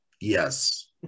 Yes